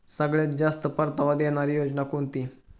सगळ्यात जास्त परतावा देणारी योजना कोणती?